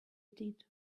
did